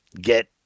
get